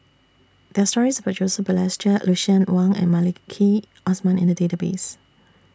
There Are stories about Joseph Balestier Lucien Wang and Maliki Osman in The Database